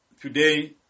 today